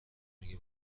میگه